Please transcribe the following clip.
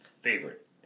favorite